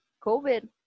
COVID